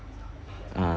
uh